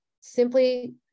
Simply